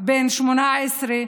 בן 18,